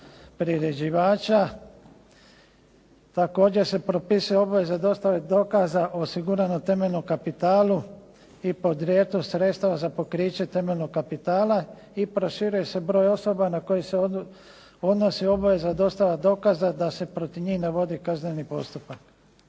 priređivača. Također se propisuje obveza dostave dokaza o osiguranom temeljnom kapitalu i podrijetlu sredstava za pokriće temeljnog kapitala i proširuje se broj osoba na koje se odnosi obveza dostave dokaza da se protiv njih ne vodi kazneni postupak.